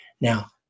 Now